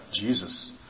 Jesus